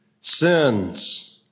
sins